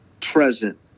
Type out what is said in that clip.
present